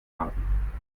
haben